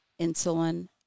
insulin